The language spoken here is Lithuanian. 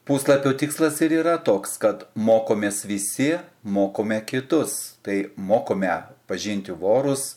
puslapio tikslas ir yra toks kad mokomės visi mokome kitus tai mokome pažinti vorus